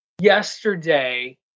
yesterday